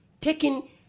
taking